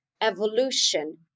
evolution